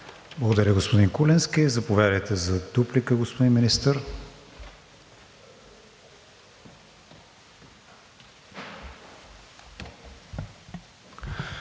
Благодаря, господин Куленски. Заповядайте за дуплика, господин Министър.